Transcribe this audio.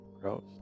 gross